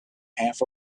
half